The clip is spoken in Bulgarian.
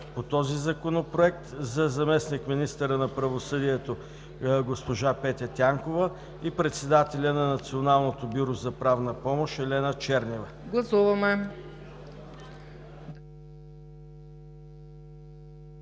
на този Законопроект на заместник министъра на правосъдието госпожа Петя Тянкова и председателя на Националното бюро за правна помощ Елена Чернева.